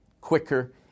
quicker